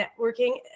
networking